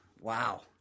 Wow